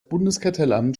bundeskartellamt